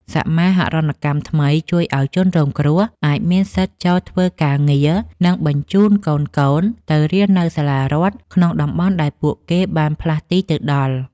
សមាហរណកម្មថ្មីជួយឱ្យជនរងគ្រោះអាចមានសិទ្ធិចូលធ្វើការងារ និងបញ្ជូនកូនៗទៅរៀននៅសាលារដ្ឋក្នុងតំបន់ដែលពួកគេបានផ្លាស់ទីទៅដល់។